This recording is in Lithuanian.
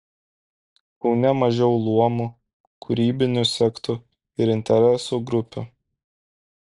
kaune mažiau luomų kūrybinių sektų ir interesų grupių